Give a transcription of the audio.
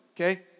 okay